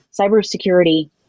Cybersecurity